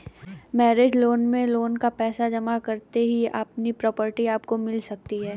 mortgage loan में loan का पैसा जमा करते ही अपनी प्रॉपर्टी आपको मिल सकती है